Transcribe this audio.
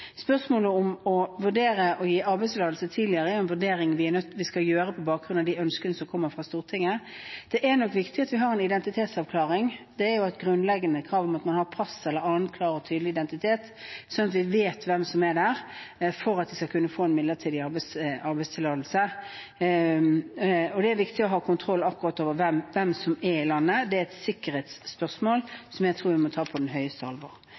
gi arbeidstillatelse tidligere, er en vurdering vi skal gjøre på bakgrunn av de ønskene som kommer fra Stortinget. Det er nok viktig at vi har en identitetsavklaring. Det er et grunnleggende krav at man har pass eller annen klar og tydelig identifikasjon, slik at vi vet hvem som er der, for at man skal kunne få en midlertidig arbeidstillatelse. Det er viktig å ha kontroll akkurat over hvem som er i landet. Det er et sikkerhetsspørsmål, som jeg tror vi må ta på høyeste alvor.